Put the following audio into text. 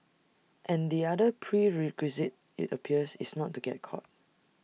and the other prerequisite IT appears is not to get caught